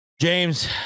James